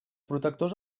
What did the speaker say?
protectors